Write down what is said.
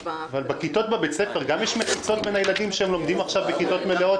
בכיתות בבית ספר גם יש מחיצות בין הילדים שלומדים עכשיו בכיתות מלאות?